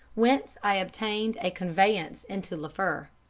whence i obtained a conveyance into liffre.